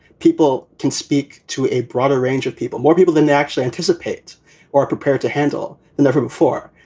people can speak to a broader range of people, more people than they actually anticipate or prepared to handle than never before.